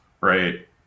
Right